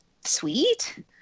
sweet